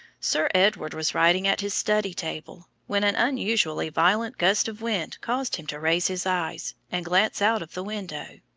sir edward was writing at his study table, when an unusually violent gust of wind caused him to raise his eyes and glance out of the window.